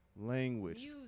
language